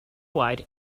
wide